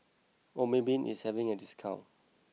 Obimin is having a discount